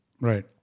Right